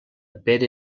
pere